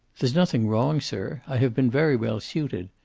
there's nothing wrong, sir. i have been very well suited.